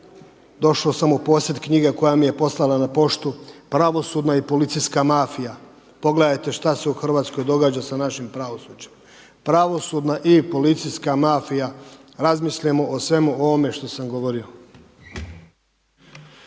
Došao sam u posjed knjige koja mi je poslana na poštu, „Pravosudna i policijska mafija“, pogledajte šta se u Hrvatskoj događa sa našim pravosuđem. Pravosudna i policijska mafija razmislimo o svemu ovome što sam govorio.